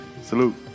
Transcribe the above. Salute